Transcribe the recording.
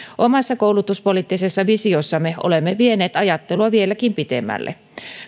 omassa koulutuspoliittisessa visiossamme olemme vieneet ajattelua vieläkin pidemmälle